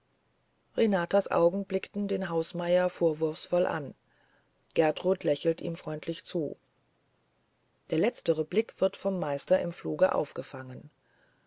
renatas augen blicken den hausmeier vorwurfsvoll an gertrud lächelt ihm freundlich zu der letztere blick wird vom meister im fluge aufgefangen